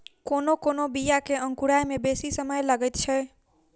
कोनो कोनो बीया के अंकुराय मे बेसी समय लगैत छै